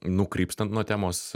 nukrypstant nuo temos